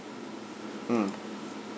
mm